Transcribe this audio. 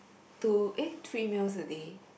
two eh three meals a day